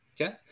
Okay